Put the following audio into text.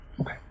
Okay